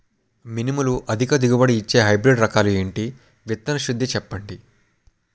మినుములు అధిక దిగుబడి ఇచ్చే హైబ్రిడ్ రకాలు ఏంటి? విత్తన శుద్ధి చెప్పండి?